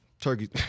Turkey